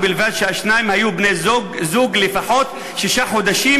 ובלבד שהשניים היו בני-זוג לפחות שישה חודשים